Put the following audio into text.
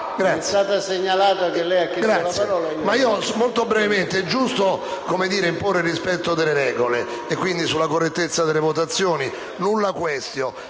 Grazie,